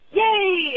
yay